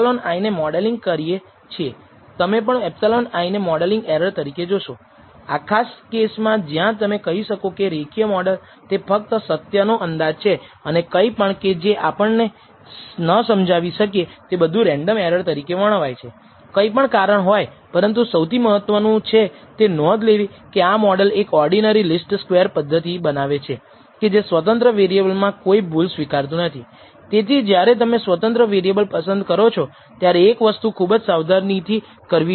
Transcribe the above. તેથી આ બંને મોડેલોની વચ્ચે આપણે પસંદ કરવા માંગીએ છીએ કે ઘટાડો કરેલ મોડેલ સ્વીકાર્ય છે કે નહીં પૂર્ણ મોડેલ સ્વીકારવાનું છે અને ઘટાડેલા મોડેલને નકારી કાઢવું જોઈએ જ્યારે આપણે આ પૂર્વધારણા β1 0 વિરુદ્ધ β1 ≠ 0 યાદ રાખો β1 ધન અથવા ઋણ હોઈ શકે છે અને તેથી જ આપણે બે બાજુ પરીક્ષણ કરી રહ્યા છીએ